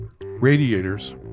Radiator's